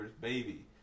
baby